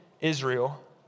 Israel